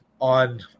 on